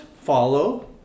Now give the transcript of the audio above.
follow